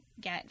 get